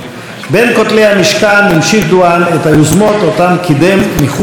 בין כותלי המשכן המשיך דואן את היוזמות שקידם מחוצה לו,